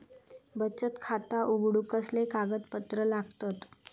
बचत खाता उघडूक कसले कागदपत्र लागतत?